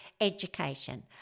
education